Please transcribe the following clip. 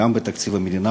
גם בתקציב המדינה,